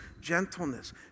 gentleness